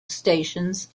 stations